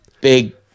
big